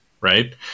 right